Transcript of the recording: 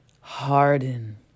Harden